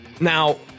Now